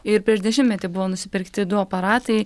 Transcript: ir prieš dešimtmetį buvo nusipirkti du aparatai